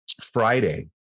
Friday